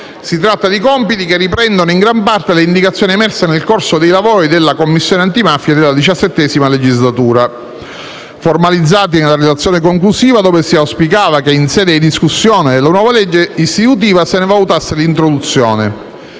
Si tratta di compiti che riprendono in gran parte le indicazioni emerse nel corso dei lavori della Commissione antimafia della XVII legislatura, formalizzati nella relazione conclusiva, dove si auspicava che, in sede discussione della legge istitutiva, se ne valutasse l'introduzione.